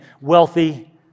wealthy